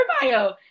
bio